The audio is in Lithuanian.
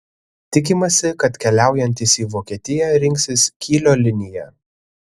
tikimasi kad keliaujantys į vokietiją rinksis kylio liniją